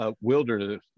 wilderness